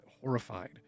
horrified